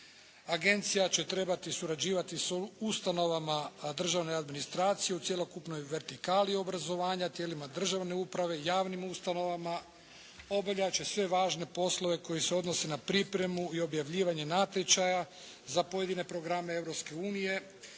Agencija će trebati surađivati sa ustanovama državne administracije u cjelokupnoj vertikali obrazovanja, tijelima državne uprave, javnim ustanovama obavljat će sve važne poslove koji se odnose na pripremi i objavljivanje natječaja za pojedine programe